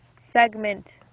segment